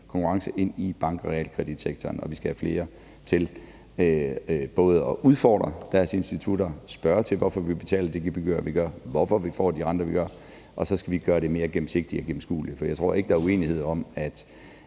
konkurrence ind i bank- og realkreditsektoren, og at vi skal have flere til at både udfordre deres institutter og spørge til, hvorfor man betaler de gebyrer, man gør, og hvorfor man får de renter, man gør. Og så skal vi gøre det mere gennemsigtigt og gennemskueligt. For jeg tror ikke, at der er uenighed om, at